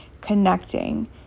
connecting